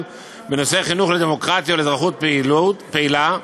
בנושא חינוך לדמוקרטיה ולאזרחות פעילה,